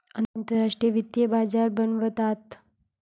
आंतरराष्ट्रीय वित्तीय बाजार बनवतात